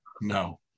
No